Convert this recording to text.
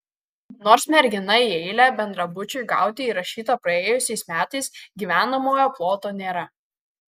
nors mergina į eilę bendrabučiui gauti įrašyta praėjusiais metais gyvenamojo ploto nėra